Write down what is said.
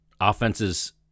offenses